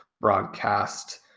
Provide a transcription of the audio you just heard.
broadcast